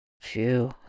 Phew